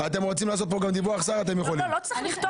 אני לא יודע כמה חברים --- אתה לא מקריא